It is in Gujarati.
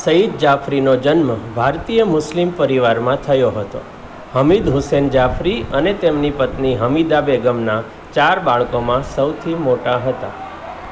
સઇદ જાફરીનો જન્મ ભારતીય મુસ્લિમ પરિવારમાં થયો હતો હમિદ હુસૈન જાફરી અને તેમની પત્ની હમિદા બેગમના ચાર બાળકોમાં સૌથી મોટા હતા